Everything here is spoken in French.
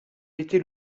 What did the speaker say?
était